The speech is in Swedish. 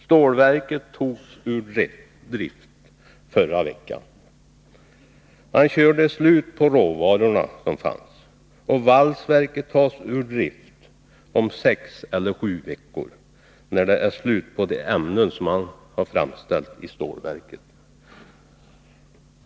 Stålverket togs ur drift förra veckan, man körde slut på de råvaror som fanns, och valsverket tas ur drift om sex eller sju veckor, när det är slut på de ämnen man framställt i stålverket.